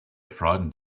frightened